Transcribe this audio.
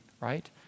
right